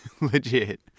legit